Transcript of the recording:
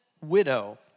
widow